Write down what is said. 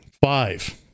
Five